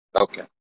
Okay